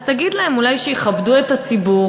אז תגיד להם, אולי שיכבדו את הציבור.